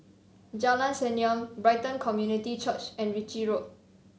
Jalan Senyum Brighton Community Church and Ritchie Road